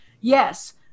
yes